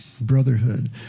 brotherhood